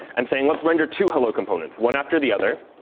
i'm saying, let's render two hello components, one after the other.